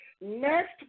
Next